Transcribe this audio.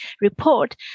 report